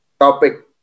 topic